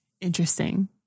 interesting